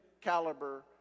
caliber